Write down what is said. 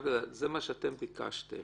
זה מה שאתם ביקשתם.